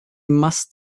must